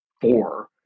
four